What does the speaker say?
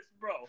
bro